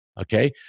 okay